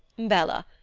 bella,